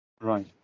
right